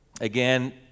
Again